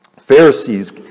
Pharisees